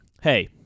hey